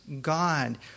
God